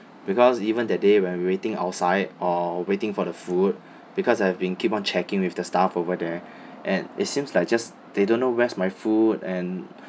because even that day when we waiting outside or waiting for the food because I've been keep checking with the staff over there and it seems like just they don't know where's my food and